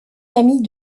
camille